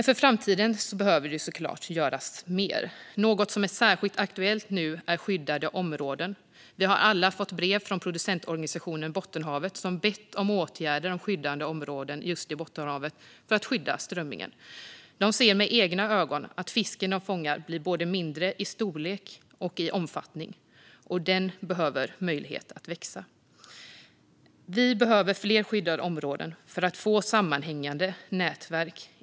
För framtiden behöver såklart mer göras. Särskilt aktuellt är skyddade områden. Vi har alla fått brev från Producentorganisationen Kustfiskarna Bottenhavet, som har bett om åtgärder för skyddade områden i Bottenhavet för att skydda strömmingen. De ser med egna ögon att fisken de fångar minskar i både storlek och omfattning. Den behöver möjlighet att växa. Vi behöver fler skyddade områden för att få sammanhängande nätverk.